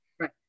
Right